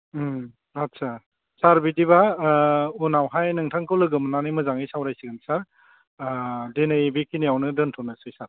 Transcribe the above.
आच्चा सार बिदिब्ला उनावहाय नोंथांखौ लोगो मोननानै मोजाङै सावरायसिगोन सार दिनै बेखिनियावनो दोन्थ'नोसै सार